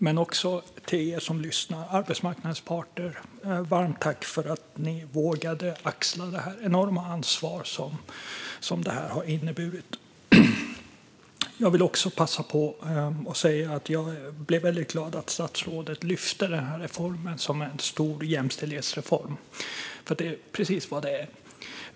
Till arbetsmarknadens parter som lyssnar vill jag framföra ett varmt tack för att ni vågade axla det enorma ansvar som det här har inneburit. Jag blev väldigt glad att statsrådet lyfte den här reformen som en stor jämställdhetsreform. Det är precis vad det är.